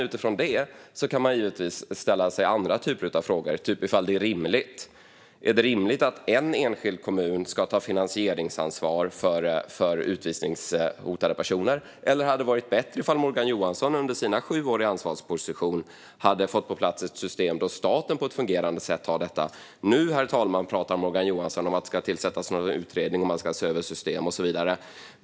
Utifrån det kan man sedan givetvis ställa sig andra typer av frågor, till exempel om det är rimligt att en enskild kommun ska ta finansieringsansvar för utvisningshotade personer. Eller hade det varit bättre om Morgan Johansson under sina sju år i ansvarsposition fått ett system på plats där staten på ett fungerande sätt tar detta ansvar? Nu, herr talman, pratar Morgan Johansson om att det ska tillsättas någon utredning, man ska se över system och så vidare.